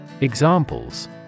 Examples